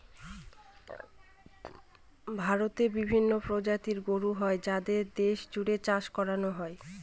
ভারতে বিভিন্ন প্রজাতির গরু হয় যাদের দেশ জুড়ে চাষ করানো হয়